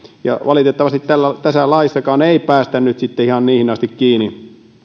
valitettavasti tässäkään laissa ei päästä nyt sitten ihan siihen asti kiinni